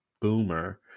boomer